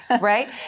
Right